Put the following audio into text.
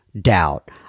doubt